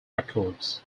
records